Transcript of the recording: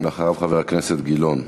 ואחריו, חבר הכנסת גילאון.